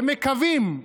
ומקווים,